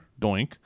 doink